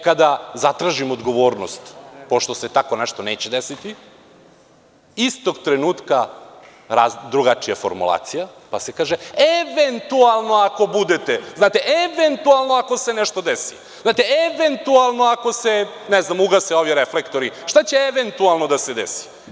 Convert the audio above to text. Kada zatražimo odgovornost, pošto se tako nešto neće desiti, istog trenutka drugačija formulacija, pa se kaže - eventualno ako budete, znate, eventualno ako se nešto desi, znate, eventualno ako se, ne znam ugase ovi reflektori, šta će eventualno da se desi.